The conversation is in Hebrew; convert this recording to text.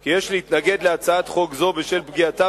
כי יש להתנגד להצעת חוק זו בשל פגיעתה